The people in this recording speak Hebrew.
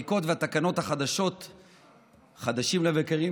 הליכוד, את שרן השכל ואת מיכל שיר,